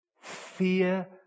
fear